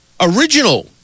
Original